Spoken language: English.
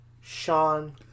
Sean